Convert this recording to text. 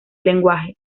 lenguaje